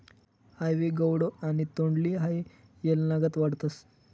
आइवी गौडो आणि तोंडली हाई येलनागत वाढतस